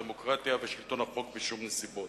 דמוקרטיה ושלטון החוק בשום נסיבות.